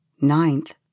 Ninth